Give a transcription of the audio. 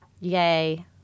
Yay